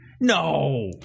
No